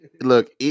Look